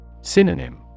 Synonym